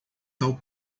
tal